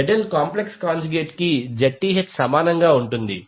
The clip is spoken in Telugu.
ZL కాంప్లెక్స్ కాంజుగేట్ కి Zth సమానంగా ఉంటుంది